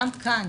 גם כאן,